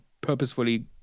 purposefully